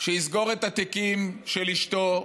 שיסגור את התיקים של אשתו,